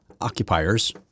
occupiers